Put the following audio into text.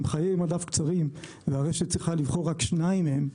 עם חיי מדף קצרים והרשת צריכה לבחור רק שניים מהם,